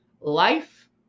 life